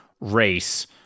race